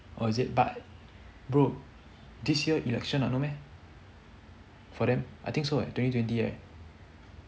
oh is it but bro this year election what no meh for them I think so eh twenty twenty eh